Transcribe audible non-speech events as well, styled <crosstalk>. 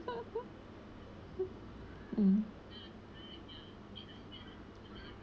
<laughs> mm